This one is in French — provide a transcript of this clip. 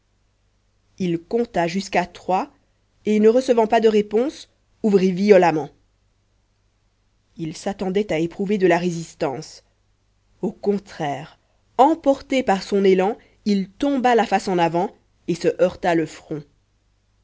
il compta jusqu'à trois et ne recevant pas de réponse ouvrit violemment il s'attendait à éprouver de la résistance au contraire emporté par son élan il tomba la face en avant et se heurta le front